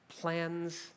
plans